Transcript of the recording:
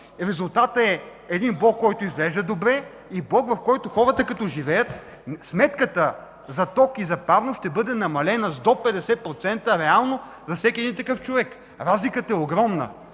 Резултатът е един блок, който изглежда добре и в който хората, като живеят, сметката за ток и за парно ще бъде намалена с до 50% реално на всеки един човек. Огромна